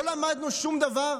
לא למדנו שום דבר?